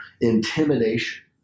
intimidation